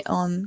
on